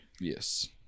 Yes